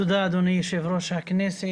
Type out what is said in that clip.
תודה, אדוני יושב-ראש הכנסת.